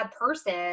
person